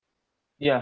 ya